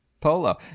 polo